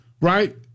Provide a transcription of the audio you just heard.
right